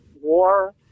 war